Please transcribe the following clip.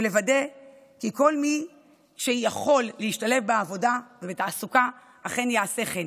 לוודא כי כל מי שיכול להשתלב בעבודה ובתעסוקה אכן יעשה כן,